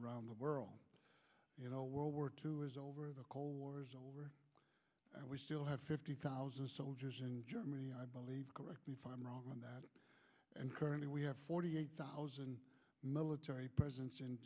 around the world you know world war two is over the cold war is over we still have fifty thousand soldiers in germany i believe correct me if i'm wrong on that and currently we have forty eight thousand military presence in